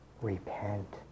repent